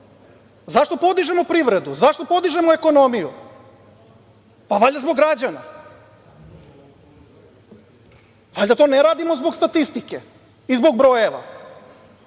Zašto podižemo privredu? Zašto podižemo ekonomiju? Pa, valjda zbog građana. Valjda to ne radimo zbog statistike i zbog brojeva,